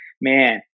man